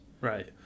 Right